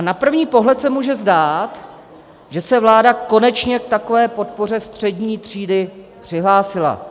Na první pohled se může zdát, že se vláda konečně k takové podpoře střední třídy přihlásila.